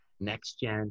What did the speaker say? next-gen